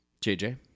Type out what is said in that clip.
jj